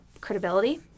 credibility